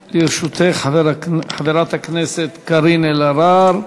לרשותך, חברת הכנסת קארין אלהרר.